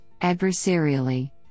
adversarially